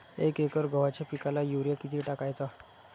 एक एकर गव्हाच्या पिकाला युरिया किती टाकायचा?